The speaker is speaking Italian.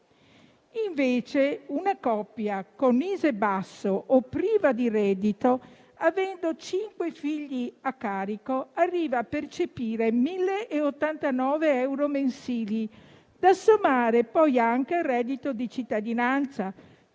Invece, una coppia con ISEE basso o priva di reddito, avendo cinque figli a carico, arriva a percepire 1.089 euro mensili, da sommare poi anche il reddito di cittadinanza,